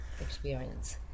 experience